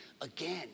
again